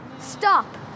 Stop